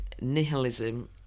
nihilism